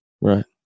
Right